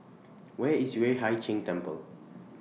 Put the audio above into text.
Where IS Yueh Hai Ching Temple